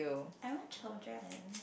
I want children